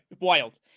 Wild